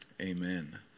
amen